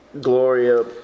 Gloria